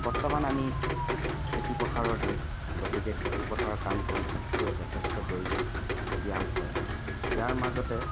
বৰ্তমান আমি খেতিপথাৰৰ দিন গতিকে খেতিপথাৰৰ কাম কৰি থাকোঁতেও যথেষ্ট দৈহিক ব্যায়াম হয় ইয়াৰ মাজতে